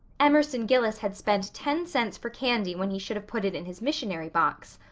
emerson gillis had spent ten cents for candy when he should have put it in his missionary box.